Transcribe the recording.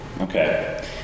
Okay